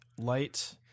Light